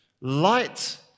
light